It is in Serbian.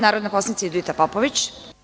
Narodna poslanica Judita Popović.